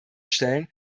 stellen